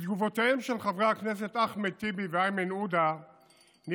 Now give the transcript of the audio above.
מתגובותיהם של חברי הכנסת אחמד טיבי ואיימן עודה נראה